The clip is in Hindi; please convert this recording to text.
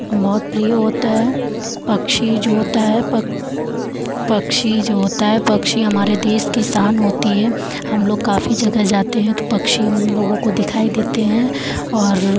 बहुत प्रिय होता है पक्षी जो होता है पक पक्षी जो होता है पक्षी हमारे देश की शान होती है हम लोग काफ़ी जगह जाते हैं तो पक्षी हम लोगों को दिखाई देते हैं और